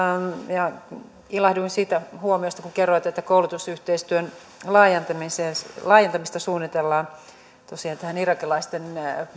ja ilahduin siitä huomiosta kun kerroitte että koulutusyhteistyön laajentamista suunnitellaan tosiaan tähän irakilaisten